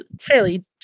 fairly